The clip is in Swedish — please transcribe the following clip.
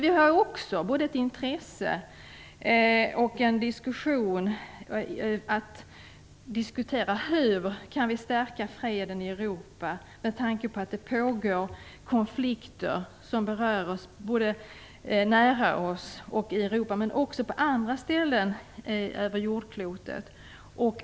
Vi har ju också ett intresse av att diskutera hur vi kan stärka freden i Europa med tanke på att det pågår konflikter som berör oss både nära oss i Europa och på andra ställen på jordklotet.